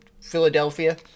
Philadelphia